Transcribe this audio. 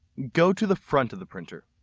go to the front of the printer.